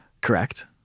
Correct